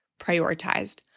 prioritized